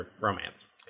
romance